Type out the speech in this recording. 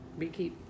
beekeep